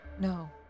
No